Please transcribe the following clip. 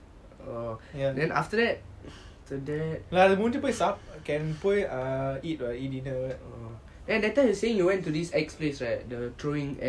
that time you say you went to this axe place right like throwing axe where is that